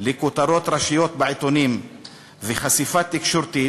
לכותרות ראשיות בעיתונים וחשיפה תקשורתית,